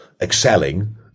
excelling